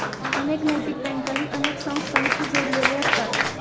अनेक नैतिक बँकाही अनेक संस्थांशी जोडलेले असतात